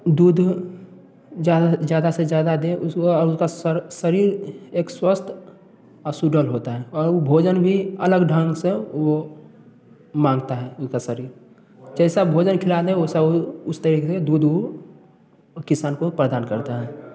दूध जा ज्यादा से ज्यादा दे उसको अ उसका सर शरीर एक स्वस्थ और सुडौल होता है और भोजन भी अलग ढंग से वो माँगता है उसका शरीर जैसा भोजन खिलाने वैसा वो उस तरीके दूध वो किसान को प्रदान करता है